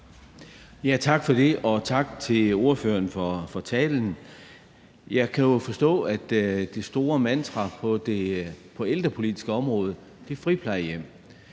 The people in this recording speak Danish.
Tak for det, og tak til ordføreren for talen. Jeg kan jo forstå, at det store mantra på det ældrepolitiske område er friplejehjem.